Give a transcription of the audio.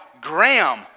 Graham